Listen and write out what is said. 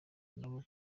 nabo